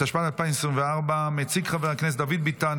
התשפ"ד 2024. מציג חבר הכנסת דוד ביטון,